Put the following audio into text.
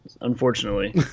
unfortunately